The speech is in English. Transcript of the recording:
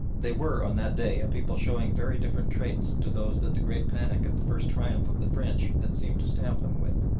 they were on that day a people showing very different traits to those that the great panic at the first triumph of the french had seemed to stamp them with.